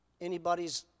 anybody's